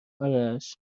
آرش